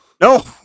No